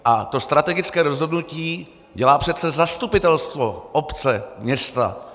A strategické rozhodnutí dělá přece zastupitelstvo obce, města.